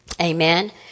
Amen